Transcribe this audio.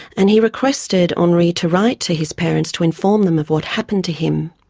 and he requested henri to write to his parents to inform them of what happened to him.